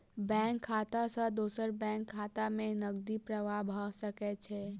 bank खाता सॅ दोसर बैंक खाता में नकदी प्रवाह भ सकै छै